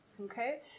Okay